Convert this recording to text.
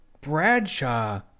Bradshaw